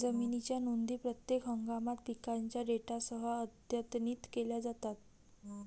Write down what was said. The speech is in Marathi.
जमिनीच्या नोंदी प्रत्येक हंगामात पिकांच्या डेटासह अद्यतनित केल्या जातात